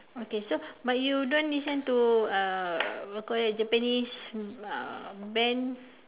okay so but you don't listen to uh what do you called it Japanese uh band